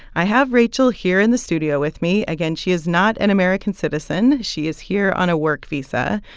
i have rachel here in the studio with me. again, she is not an american citizen. she is here on a work visa.